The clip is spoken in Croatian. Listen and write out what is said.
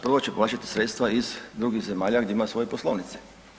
Prvo će plaćati sredstva iz drugih zemalja gdje ima svoje poslovnice.